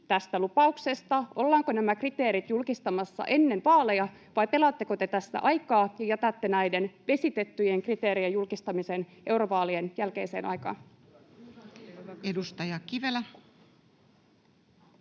tästä lupauksesta? Ollaanko nämä kriteerit julkistamassa ennen vaaleja vai pelaatteko te tässä aikaa ja jätätte näiden vesitettyjen kriteerien julkistamisen eurovaalien jälkeiseen aikaan? [Speech